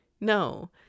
No